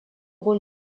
rôle